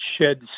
sheds